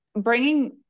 bringing